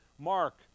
Mark